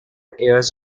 airs